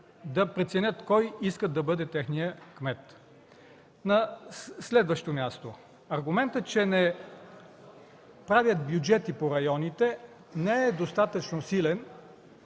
да преценят кой иска да бъде техният кмет. На следващо място, аргументът, че не правят бюджети по районите не е достатъчно силен,